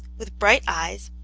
with bright eyes,